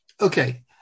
okay